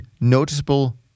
noticeable